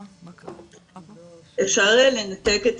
למיניות ולמניעה